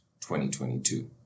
2022